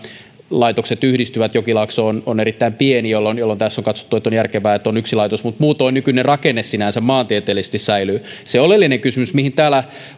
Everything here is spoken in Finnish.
laitokset yhdistyvät jokilaakso on on erittäin pieni jolloin jolloin tässä on katsottu että on järkevää että on yksi laitos mutta muutoin nykyinen rakenne sinänsä maantieteellisesti säilyy se oleellinen kysymys mihin täällä